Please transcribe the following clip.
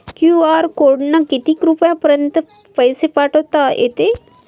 QR कोडनं किती रुपयापर्यंत पैसे पाठोता येते?